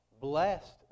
Blessed